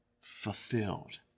fulfilled